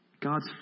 God's